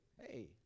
hey